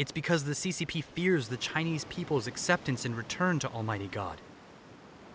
it's because the c c p fears the chinese people's acceptance and return to almighty god